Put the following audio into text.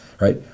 Right